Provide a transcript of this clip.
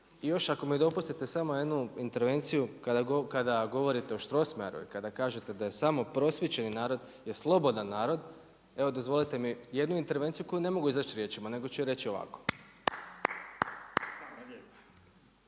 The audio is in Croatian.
I još ako mi dopustite samo jednu intervenciju kada govorite o Strossmayeru i kada kažete da je samo prosvjećeni narod je slobodan narod, evo dozvolite mi jednu intervenciju koju ne mogu izreći riječima nego ću je reći ovako